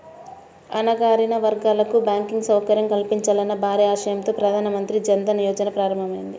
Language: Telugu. అణగారిన వర్గాలకు బ్యాంకింగ్ సౌకర్యం కల్పించాలన్న భారీ ఆశయంతో ప్రధాన మంత్రి జన్ ధన్ యోజన ప్రారంభమైంది